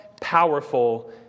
powerful